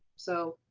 so